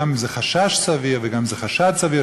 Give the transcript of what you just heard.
גם אם זה חשש סביר וגם אם זה חשד סביר,